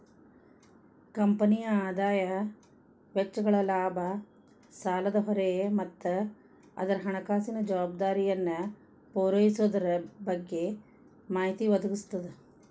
ಕಂಪನಿಯ ಆದಾಯ ವೆಚ್ಚಗಳ ಲಾಭ ಸಾಲದ ಹೊರೆ ಮತ್ತ ಅದರ ಹಣಕಾಸಿನ ಜವಾಬ್ದಾರಿಯನ್ನ ಪೂರೈಸೊದರ ಬಗ್ಗೆ ಮಾಹಿತಿ ಒದಗಿಸ್ತದ